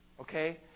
okay